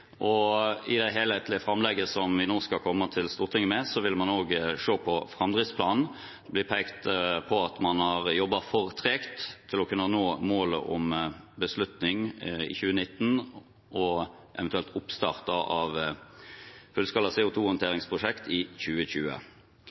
og i det helhetlige framlegget som vi nå skal komme til Stortinget med, vil man også se på framdriftsplanen. Det blir pekt på at man har jobbet for tregt til å kunne nå målet om beslutning i 2019 og eventuelt oppstart av fullskala CO 2 -håndteringsprosjekt i 2020.